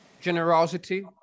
generosity